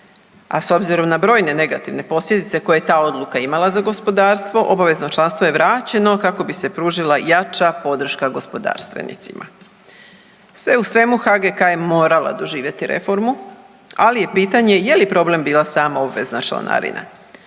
a s obzirom na brojne negativne posljedice koje je ta odluka imala za gospodarstvo obavezno članstvo je vraćeno kako bi se pružila jača podrška gospodarstvenicima. Sve u svemu HGK je morala doživjeti reformu, ali je pitanje je li problem bila samo obvezna članarina.